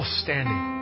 standing